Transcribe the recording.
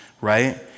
right